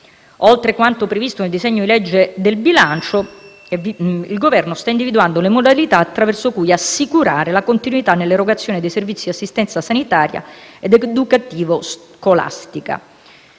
Oltre quanto previsto nel disegno legge del bilancio, il Governo sta individuando le modalità attraverso cui assicurare la continuità nell'erogazione dei servizi di assistenza sanitaria ed educativo-scolastica.